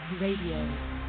Radio